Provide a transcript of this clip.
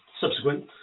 subsequent